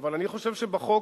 אבל אני חושב שבחוק,